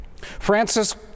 Francis